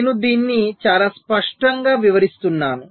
నేను దీన్ని చాలా స్పష్టంగా వివరిస్తున్నాను